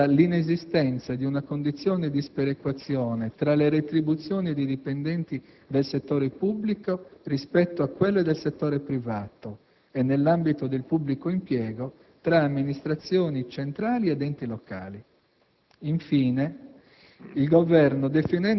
Da quanto evidenziato risulta l'inesistenza di una condizione di sperequazione tra le retribuzioni dei dipendenti del settore pubblico rispetto a quelle del settore privato e, nell'ambito del pubblico impiego, tra amministrazioni centrali ed enti locali.